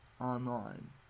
online